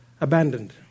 Abandoned